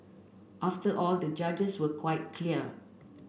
after all the judges were quite clear